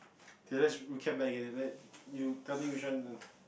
K let's recap back again you tell me which one you